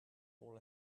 all